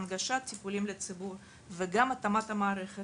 הנגשת הטיפולים לציבור וגם התאמת המערכת